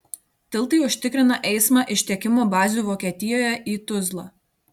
tiltai užtikrina eismą iš tiekimo bazių vokietijoje į tuzlą